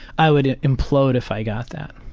i would implode if i got that.